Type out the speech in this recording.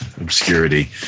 obscurity